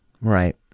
Right